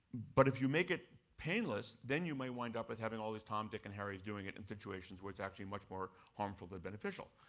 but if you make it painless, then you might wind up with having all these tom, dick, and harrys doing it in situations where it's actually much more harmful than beneficial.